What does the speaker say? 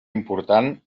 important